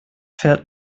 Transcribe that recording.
fährt